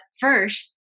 first